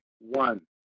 one